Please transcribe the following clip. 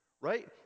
right